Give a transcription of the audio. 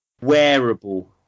wearable